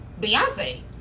Beyonce